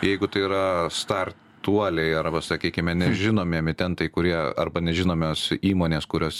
jeigu tai yra startuoliai arba sakykime nežinomi emitentai kurie arba nežinomos įmonės kurios